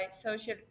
social